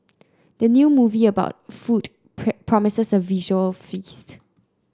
the new movie about food promises a visual feast